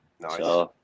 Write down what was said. Nice